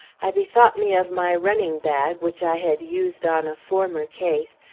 i bethought me of my running-bag which i had used on a former case,